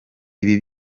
ibi